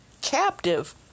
captive